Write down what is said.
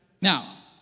Now